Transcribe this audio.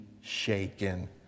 shaken